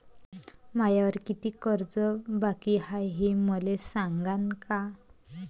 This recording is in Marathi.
मायावर कितीक कर्ज बाकी हाय, हे मले सांगान का?